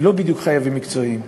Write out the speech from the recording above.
לא בדיוק חייבים מקצועיים,